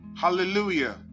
Hallelujah